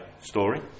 story